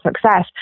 success